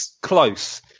close